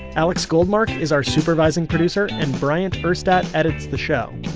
alex goldmark is our supervising producer, and bryant urstadt edits the show.